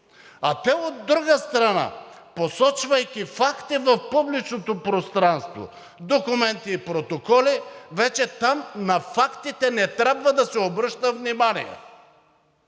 а те, от друга страна, посочвайки факти в публичното пространство, документи и протоколи, вече там на фактите не трябва да се обръща внимание.